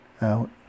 out